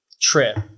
trip